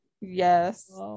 Yes